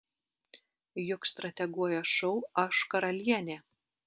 juk strateguoja šou aš karalienė